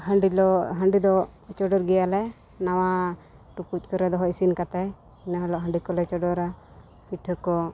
ᱦᱟᱺᱰᱤ ᱞᱚ ᱦᱟᱺᱰᱤ ᱫᱚ ᱪᱚᱰᱚᱨ ᱜᱮᱭᱟᱞᱮ ᱱᱟᱣᱟ ᱴᱩᱠᱩᱡ ᱠᱚᱨᱮ ᱫᱚᱦᱚ ᱤᱥᱤᱱ ᱠᱟᱛᱮ ᱤᱱᱟᱹ ᱦᱤᱞᱳᱜ ᱦᱟᱺᱰᱤ ᱠᱚᱞᱮ ᱪᱚᱰᱚᱨᱟ ᱯᱤᱴᱷᱟᱹ ᱠᱚ